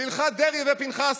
בהלכת דרעי ופנחסי.